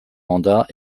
mandat